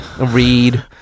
Read